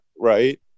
right